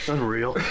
Unreal